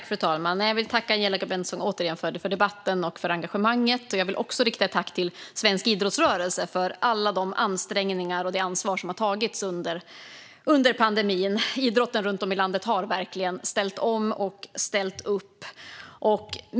Fru talman! Jag vill återigen tacka Angelika Bengtsson för debatten och för engagemanget. Jag vill också rikta ett tack till svensk idrottsrörelse för alla de ansträngningar som gjorts och det ansvar som har tagits under pandemin. Idrotten runt om i landet har verkligen ställt om och ställt upp.